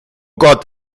gott